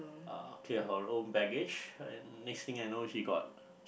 uh clear her own baggage and next thing I know she got